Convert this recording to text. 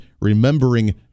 Remembering